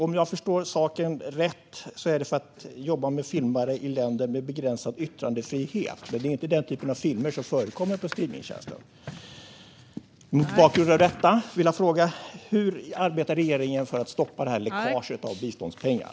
Om jag förstår saken rätt är det för att jobba med filmare i länder med begränsad yttrandefrihet, men det är inte den typen av filmer som förekommer på streamingtjänsten. Mot bakgrund av detta vill jag fråga hur regeringen arbetar för att stoppa detta läckage av biståndspengar.